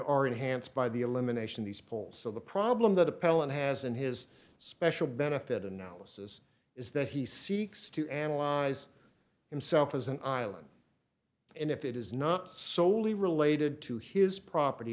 our enhanced by the elimination of these poles so the problem that appellant has in his special benefit analysis is that he seeks to analyze himself as an island and if it is not solely related to his property